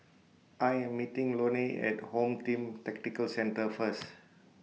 I Am meeting Lone At Home Team Tactical Centre First